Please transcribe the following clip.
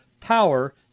power